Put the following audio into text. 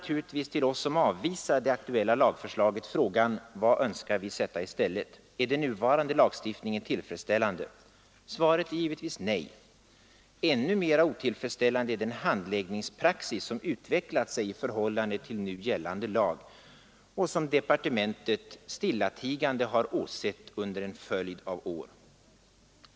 Till oss som avvisar det nu aktuella lagförslaget kommer naturligtvis genast frågan vad vi önskar sätta i stället. Är den nuvarande lagstiftningen tillfredsställande? Svaret är givetvis nej. Ännu mer otillfredsställande är den handläggningspraxis som utvecklat sig i förhållande till nu gällande lag och som departementet stillatigande har åsett under en följd av år.